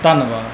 ਧੰਨਵਾਦ